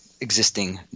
existing